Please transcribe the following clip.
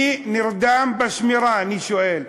מי נרדם בשמירה, אני שואל.